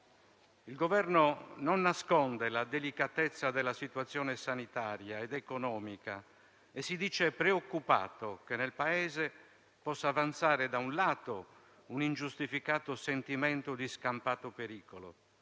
Il Governo non nasconde la delicatezza della situazione sanitaria ed economica e si dice preoccupato che nel Paese possa avanzare da un lato un ingiustificato sentimento di scampato pericolo